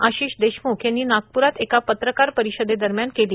आशिष देशमुख यांनी नागपुरात एका पत्रकार परिषदेदरम्यान केली